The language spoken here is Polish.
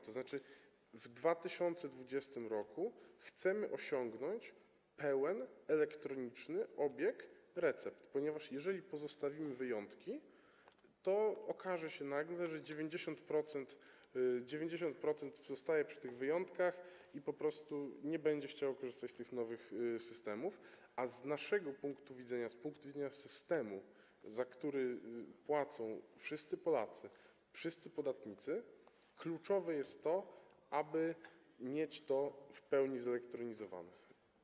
To znaczy w 2020 r. chcemy osiągnąć pełen elektroniczny obieg recept, ponieważ jeżeli pozostawimy wyjątki, to okaże się nagle, że 90% zostanie przy tych wyjątkach i po prostu nie będzie chciało korzystać z tych nowych systemów, a z naszego punktu widzenia, z punktu widzenia systemu, za który płacą wszyscy Polacy, wszyscy podatnicy, kluczowe jest to, aby mieć to w pełni zelektronizowane.